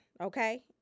okay